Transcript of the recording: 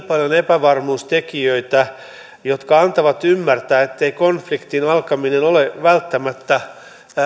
paljon epävarmuustekijöitä jotka antavat ymmärtää ettei konfliktin alkaminen ole välttämättä